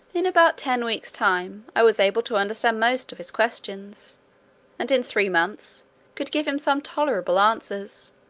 in about ten weeks time, i was able to understand most of his questions and in three months could give him some tolerable answers.